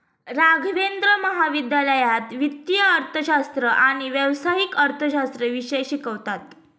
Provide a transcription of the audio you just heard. राघवेंद्र महाविद्यालयात वित्तीय अर्थशास्त्र आणि व्यावसायिक अर्थशास्त्र विषय शिकवतात